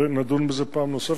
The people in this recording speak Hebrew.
ונדון בזה פעם נוספת,